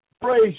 Praise